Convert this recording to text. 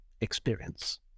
experience